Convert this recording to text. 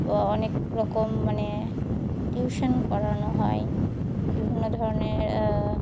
অনেক রকম মানে টিউশন করানো হয় বিভিন্ন ধরনের